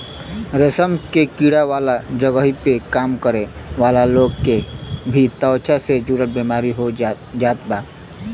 रेशम के कीड़ा वाला जगही पे काम करे वाला लोग के भी त्वचा से जुड़ल बेमारी हो जात बा